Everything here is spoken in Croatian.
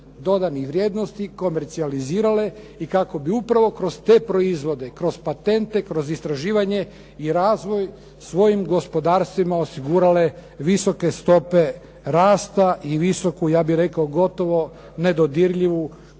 dodanih vrijednosti komercijalizirale i kako bi upravo kroz te proizvode, kroz patente, kroz istraživanje i razvoj svojim gospodarstvima osigurale visoke stope rasta i visoku, ja bih rekao gotovo nedodirljivu